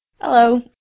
Hello